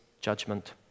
judgment